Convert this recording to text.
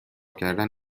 کردن